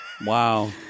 Wow